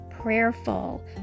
Prayerful